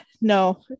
no